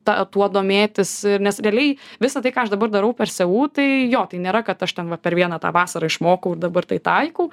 ta tuo domėtis ir nes realiai visa tai ką aš dabar darau per su tai jo tai nėra kad aš ten va per vieną tą vasarą išmokau dabar tai taikau